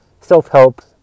self-help